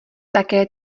také